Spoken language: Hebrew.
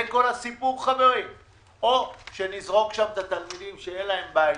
זה כל הסיפור חברים או שנזרוק שם את התלמידים שאין להם בית,